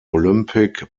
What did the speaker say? olympic